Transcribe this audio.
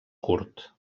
curt